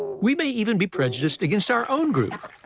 we may even be prejudiced against our own group,